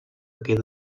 queda